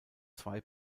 zwei